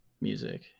music